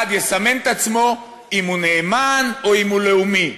יסמן את עצמו אם הוא נאמן או אם הוא לאומי.